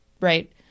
right